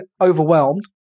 overwhelmed